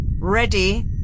Ready